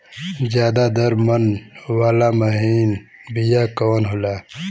ज्यादा दर मन वाला महीन बिया कवन होला?